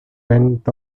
went